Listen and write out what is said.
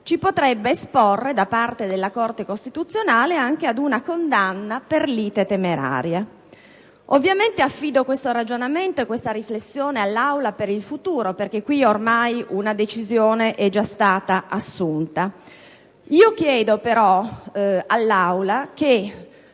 importante - da parte della Corte costituzionale ad una condanna per lite temeraria. Affido questo ragionamento e questa riflessione all'Aula per il futuro, perché qui ormai una decisione è già stata assunta. Chiedo però all'Assemblea